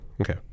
Okay